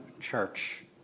Church